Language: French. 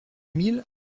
mille